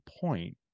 point